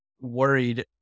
worried